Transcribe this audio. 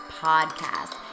podcast